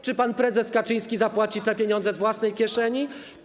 Czy pan prezes Kaczyński zapłaci te pieniądze z własnej kieszeni?